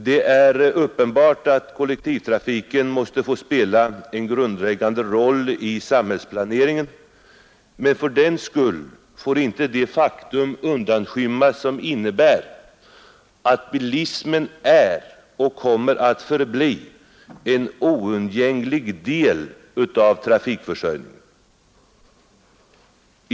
Det är uppenbart att kollektivtrafiken måste få spela en grundläggande roll i samhällsplaneringen, men fördenskull får inte det faktum undanskymmas som innebär, att bilismen är och kommer att förbli en oundgänglig del av trafikförsörjningen.